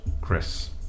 Chris